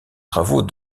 travaux